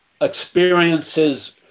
experiences